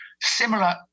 similar